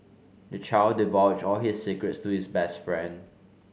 the child divulged all his secrets to his best friend